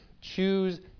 choose